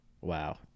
wow